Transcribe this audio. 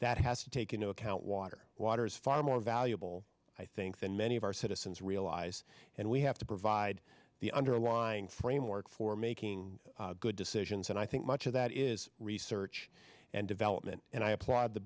that has to take into account water water is far more valuable i think than many of our citizens realize and we have to provide the underlying framework for making good decisions and i think much of that is research and development and i applaud the